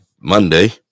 Monday